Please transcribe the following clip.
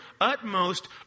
utmost